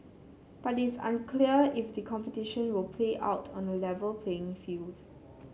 but is unclear if the competition will play out on A Level playing field